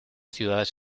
ciudades